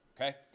okay